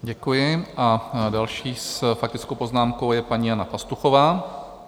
Děkuji a další s faktickou poznámkou je paní Jana Pastuchová.